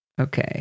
Okay